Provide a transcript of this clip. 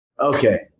Okay